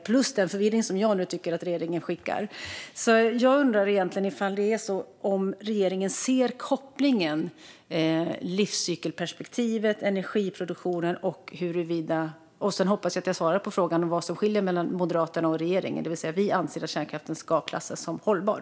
Lägg till det den förvirring som jag tycker att regeringen nu visar. Jag undrar alltså om regeringen ser kopplingen mellan livscykelperspektivet och energiproduktionen. Sedan hoppas jag att jag svarade på frågan vad som skiljer mellan Moderaterna och regeringen, det vill säga att vi anser att kärnkraften ska klassas som hållbar.